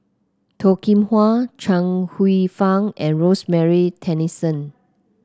Toh Kim Hwa Chuang Hsueh Fang and Rosemary Tessensohn